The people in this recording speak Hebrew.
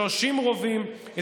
30 רובים,